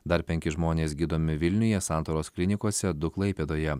dar penki žmonės gydomi vilniuje santaros klinikose du klaipėdoje